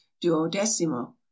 duodecimo